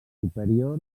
superior